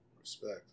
Respect